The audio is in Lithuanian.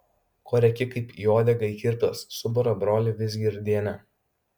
ko rėki kaip į uodegą įkirptas subara brolį vizgirdienė